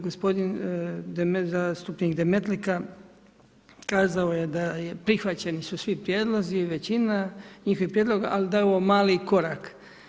Gospodin zastupnik Demetlika kazao je da su prihvaćeni svi prijedlozi, većina njihovih prijedloga, ali da je ovo mali korak.